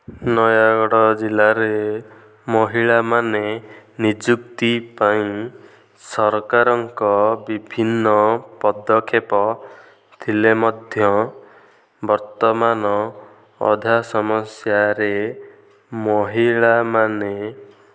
ନୟାଗଡ଼ ଜିଲ୍ଲାରେ ମହିଳାମାନେ ନିଯୁକ୍ତି ପାଇଁ ସରକାରଙ୍କ ବିଭିନ୍ନ ପଦକ୍ଷେପ ଥିଲେ ମଧ୍ୟ ବର୍ତ୍ତମାନ ଅଧା ସମସ୍ୟାରେ ମହିଳାମାନେ